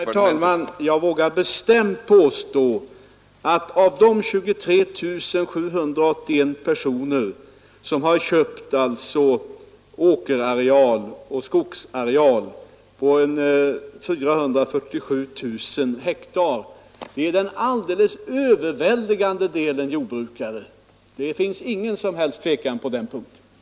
Herr talman! Jag vågar bestämt påstå att av de 23 781 personer som har köpt åkerareal och skogsareal på 447 000 hektar är den alldeles överväldigande delen jordbrukare. Det råder intet som helst tvivel på den punkten.